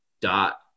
dot